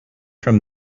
from